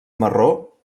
marró